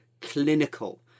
clinical